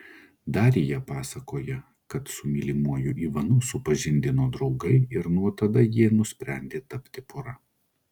darija pasakoja kad su mylimuoju ivanu supažindino draugai ir nuo tada jie nusprendė tapti pora